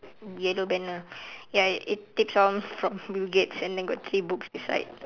yellow banner ya it tips from bill-gates and then got three books beside